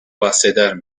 bahseder